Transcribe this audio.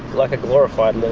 like a glorified linen